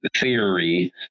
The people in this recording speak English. theory